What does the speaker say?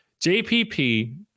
JPP